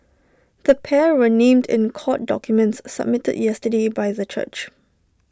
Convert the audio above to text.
the pair were named in court documents submitted yesterday by the church